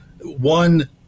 one